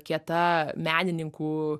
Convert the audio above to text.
kieta menininkų